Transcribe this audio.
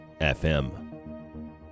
FM